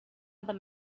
other